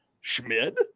Schmid